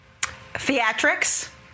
Theatrics